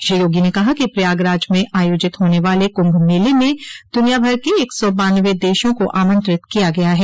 श्री योगी ने कहा कि प्रयागराज में आयोजित होने वाले कुंभ मेले में दुनियाभर के एक सौ बान्नवे देशों को आमंत्रित किया गया है